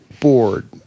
board